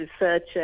researcher